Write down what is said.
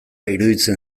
iruditzen